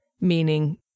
Meaning